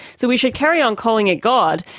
so we should carry on calling it god,